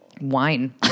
wine